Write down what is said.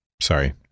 Sorry